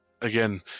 Again